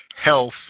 health